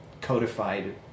codified